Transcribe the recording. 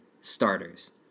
starters